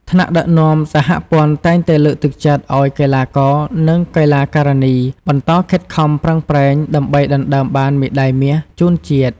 ថ្នាក់ដឹកនាំសហព័ន្ធតែងតែលើកទឹកចិត្តឱ្យកីឡាករ និង កីឡាការិនីបន្តខិតខំប្រឹងប្រែងដើម្បីដណ្តើមបានមេដាយមាសជូនជាតិ។